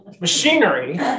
machinery